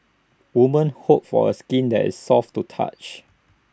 woman hope for A skin that is soft to touch